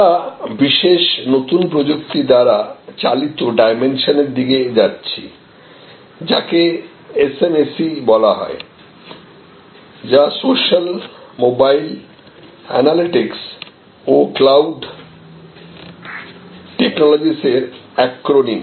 আমরা বিশেষ নতুন প্রযুক্তি দ্বারা চালিত ডাইমেনশনের দিকে যাচ্ছি যাকে SMAC বলা হয় যা সোশ্যাল মোবাইল অ্যানালিটিকস ও ক্লাউড টেকনোলজিসের অ্যাক্রনিম